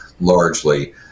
largely